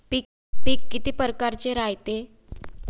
पिकं किती परकारचे रायते?